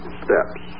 steps